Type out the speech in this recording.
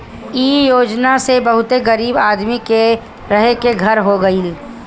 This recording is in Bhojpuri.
इ योजना से बहुते गरीब आदमी के रहे के घर हो गइल